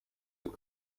baje